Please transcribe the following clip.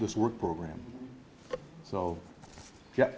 this work program so yeah